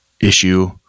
issue